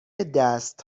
دست